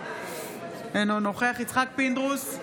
אינו נוכח יצחק פינדרוס,